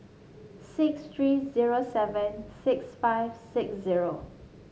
six three zero seven six five six zero